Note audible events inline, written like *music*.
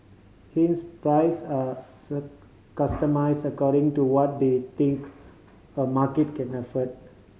hence prices are *unintelligible* customised according to what they think a market can afford